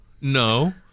No